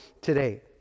today